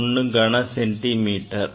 1 கன சென்டிமீட்டர்